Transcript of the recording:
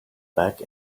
back